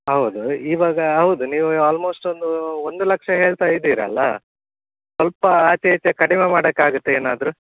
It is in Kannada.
ಹೌದು ಇವಾಗ ಹೌದು ನೀವು ಆಲ್ಮೋಸ್ಟ್ ಒಂದು ಒಂದು ಲಕ್ಷ ಹೇಳ್ತಾ ಇದ್ದೀರಲ್ವ ಸ್ವಲ್ಪ ಆಚೆ ಈಚೆ ಕಡಿಮೆ ಮಾಡಕ್ಕೆ ಆಗುತ್ತಾ ಏನಾದರು